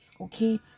okay